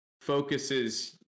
focuses